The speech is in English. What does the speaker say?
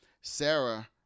Sarah